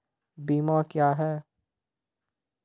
बीमा क्या हैं?